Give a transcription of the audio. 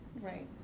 Right